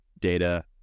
data